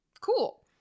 Cool